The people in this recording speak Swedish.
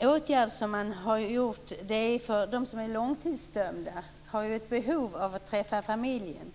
åtgärd har vidtagits för dem som är långtidsdömda. De har ett behov av att träffa familjen.